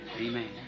amen